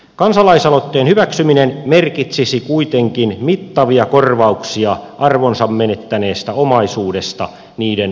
kansalaisaloitteen hyväksyminen merkitsisi kuitenkin mittavia korvauksia arvonsa menettäneestä omaisuudesta niiden omistajille